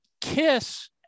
kiss